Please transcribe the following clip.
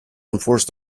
enforced